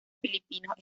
filipinos